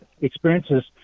experiences